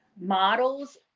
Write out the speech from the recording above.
models